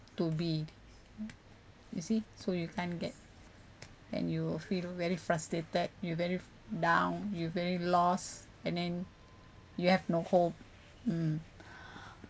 to be you mm you see so you can get and you feel very frustrated you very down you very lost and then you have no hope mm